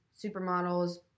supermodels